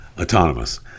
autonomous